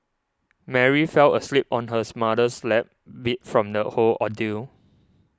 Mary fell asleep on hers mother's lap beat from the whole ordeal